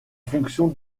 fonction